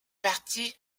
partie